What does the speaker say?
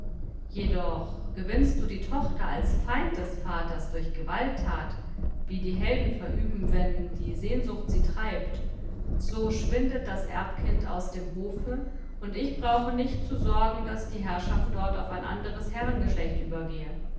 jedoch gewinnst du die tochter als feind des vaters durch gewalttat wie die helden verüben wenn die sehnsucht sie treibt so schwindet das erbkind aus dem hofe und ich brauche nicht zu sorgen daß die herrschaft dort auf ein anderes herrengeschlecht übergehe